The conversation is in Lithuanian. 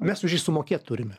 mes už jį sumokėt turim